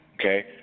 okay